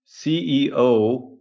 CEO